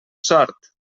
sort